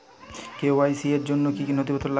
KYC র জন্য কি কি নথিপত্র লাগবে?